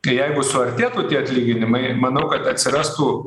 jeigu suartėtų tie atlyginimai manau kad atsirastų